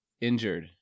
injured